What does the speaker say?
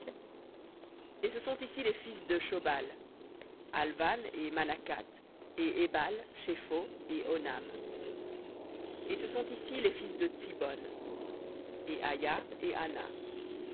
et ce sont ici les fils de shobal alvan et manakhath et ébal shepho et onam et ce sont ici les fils de tsibhon et aïa et ana